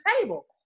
table